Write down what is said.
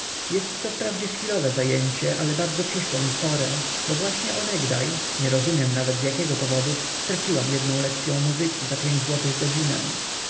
podziękowaniem jestto wprawdzie chwilowe zajęcie ale bardzo przyszło mi w porę bo właśnie onegdaj nie rozumiem nawet z jakiego powodu straciłam jednę lekcyą muzyki za pięć złotych godzinę